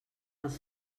els